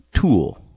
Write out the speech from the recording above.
tool